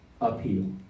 appeal